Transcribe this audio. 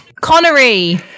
connery